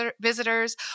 visitors